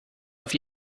auf